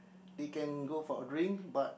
they can go for a drink but